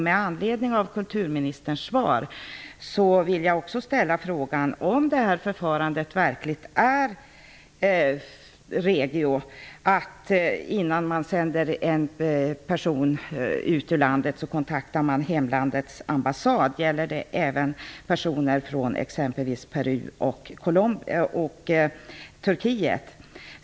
Med anledning av kulturministerns svar vill jag också ställa frågan om förfarandet verkligen är riktigt, att man innan man sänder iväg en person ut ur landet kontaktar hemlandets ambassad. Gäller detta i så fall även för personer från exempelvis Peru och Turkiet?